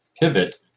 pivot